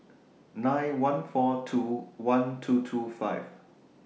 nine one four two one two two five